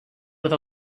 with